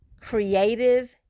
creative